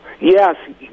Yes